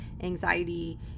anxiety